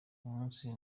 umunsi